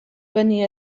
venia